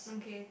okay